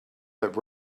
that